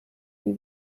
die